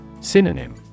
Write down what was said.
Synonym